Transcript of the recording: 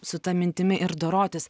su ta mintimi ir dorotis